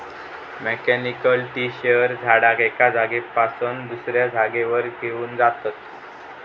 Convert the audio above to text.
mechanical tree shaker झाडाक एका जागेपासना दुसऱ्या जागेवर घेऊन जातत